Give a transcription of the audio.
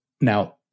Now